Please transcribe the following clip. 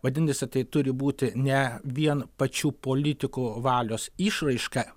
vadinasi tai turi būti ne vien pačių politikų valios išraiška